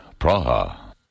Praha